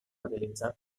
utilitzar